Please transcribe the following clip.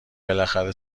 بالاخره